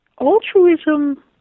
altruism